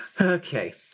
Okay